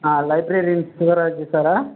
ஆ librarian Sivaraju சாரா